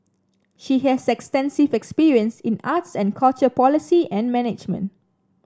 she has extensive experience in arts and culture policy and management